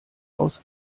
aus